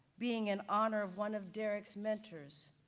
being an honor of one of derrick's mentors,